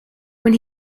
when